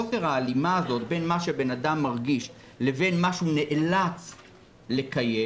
או חוסר ההלימה בין מה שאדם מרגיש לבין מה שהוא נאלץ לקיים,